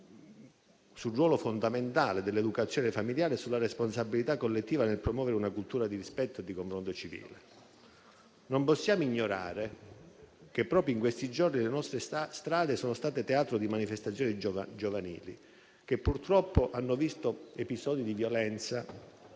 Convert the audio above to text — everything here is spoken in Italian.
sul ruolo fondamentale dell'educazione familiare e sulla responsabilità collettiva nel promuovere una cultura di rispetto e confronto civile. Non possiamo ignorare che proprio in questi giorni le nostre strade sono state teatro di manifestazioni giovanili che purtroppo hanno visto episodi di violenza